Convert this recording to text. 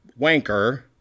wanker